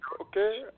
Okay